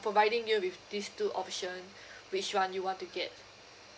providing you with these two option which one you want to get